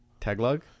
Tagalog